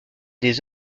des